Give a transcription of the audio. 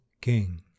king